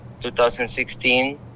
2016